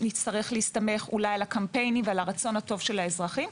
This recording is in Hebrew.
נצטרך להסתמך על הקמפיין ועל הרצון הטוב של האזרחים.